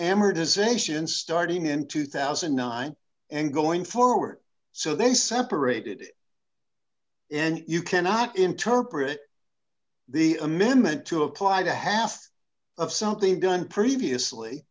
amortization starting in two thousand and nine and going forward so they separated and you cannot interpret the amendment to apply to half of something done previously